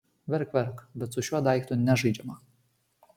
verk verk bet su šiuo daiktu nežaidžiama